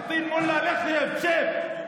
פטין מולא, שב.